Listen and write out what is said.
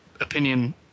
opinion